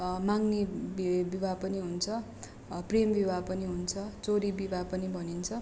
मगनी विवाह पनि हुन्छ प्रेम विवाह पनि हुन्छ चोरी विवाह पनि भनिन्छ